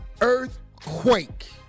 Earthquake